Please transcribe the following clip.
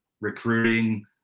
recruiting